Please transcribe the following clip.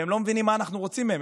והם לא מבינים מה אנחנו רוצים מהם,